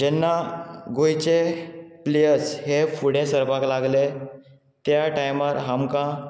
जेन्ना गोंयचे प्लेयर्स हे फुडें सरपाक लागले त्या टायमार आमकां